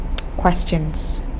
questions